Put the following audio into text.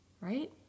right